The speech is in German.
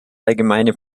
allgemeinen